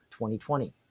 2020